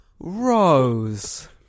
Rose